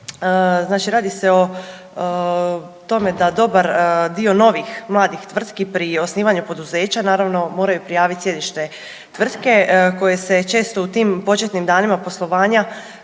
Znači radi se o tome da dobar dio novih mladih tvrtki pri osnivanju poduzeća naravno moraju prijavit sjedište tvrtke koje se često u tim početnim danima poslovanja